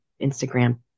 Instagram